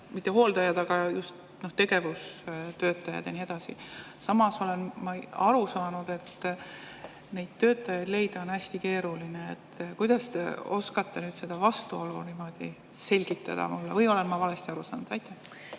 mitte hooldajate, aga just tegevustöötajate järgi ja nii edasi. Samas olen ma aru saanud, et neid töötajaid leida on hästi keeruline. Kuidas te oskate seda vastuolu selgitada? Või olen ma valesti aru saanud? Aitäh!